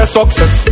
Success